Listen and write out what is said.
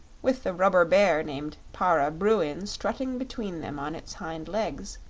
with the rubber bear named para bruin strutting between them on its hind legs